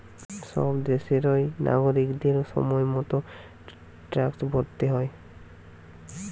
সব দেশেরই নাগরিকদের সময় মতো ট্যাক্স ভরতে হয়